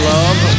Love